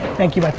thank you, my